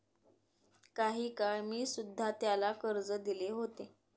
काही काळ मी सुध्धा त्याला कर्ज दिले होते